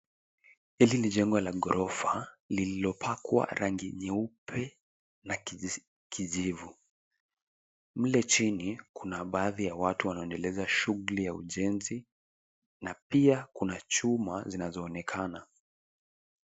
Hili ni jengo la ghorofa lililopakwa rangi ya kijivu. Kule chini kuna baadhi ya watu wanaendeleza shughuli za ujenzi na pia kuna chuma zinazoonekana.